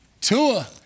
Tua